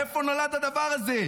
מאיפה נולד הדבר הזה?